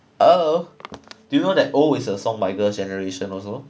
oh do you know that oh is a song by girl's generation also